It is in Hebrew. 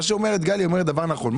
מה שאומרת גליה, היא אומרת דבר נכון.